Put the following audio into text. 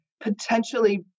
potentially